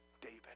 David